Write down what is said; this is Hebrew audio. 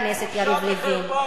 חבר הכנסת יריב לוין,